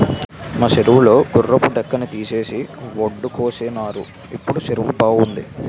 మా సెరువు లో గుర్రపు డెక్కని తీసేసి వొడ్డుకేసినారు ఇప్పుడు సెరువు బావుంది